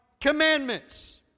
commandments